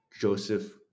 Joseph